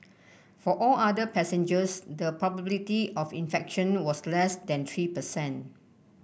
for all other passengers the probability of infection was less than three per cent